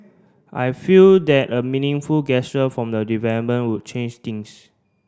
I feel that a meaningful gesture from the development would change things